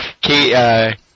Kate